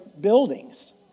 buildings